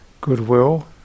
goodwill